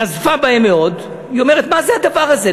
נזפה בהם מאוד, היא אומרת: מה זה הדבר הזה?